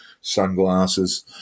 sunglasses